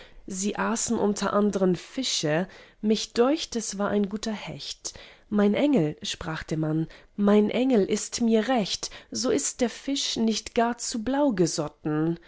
sie äßen unter andern fische mich deucht es war ein grüner hecht mein engel sprach der mann mein engel ist mir recht so ist der fisch nicht gar zu blau gesotten